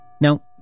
Now